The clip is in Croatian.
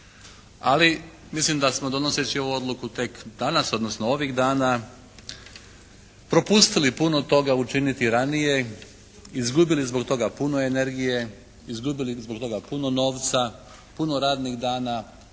ali mislim da smo donoseći ovu odluku tek danas odnosno ovih dana propustili puno toga učiniti ranije, izgubili zbog toga puno energije, izgubili zbog toga puno novca, puno radnih dana